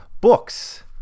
books